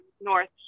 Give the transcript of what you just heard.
north